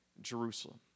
Jerusalem